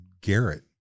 Garrett